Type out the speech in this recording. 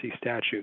statute